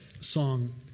song